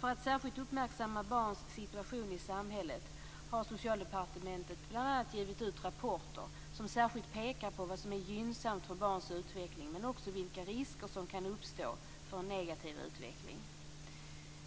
För att särskilt uppmärksamma barns situation i samhället har Socialdepartementet bl.a. givit ut rapporter som särskilt pekar på vad som är gynnsamt för barns utveckling men också vilka risker som kan uppstå för negativ utveckling.